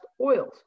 oils